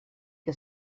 que